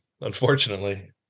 unfortunately